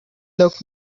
looked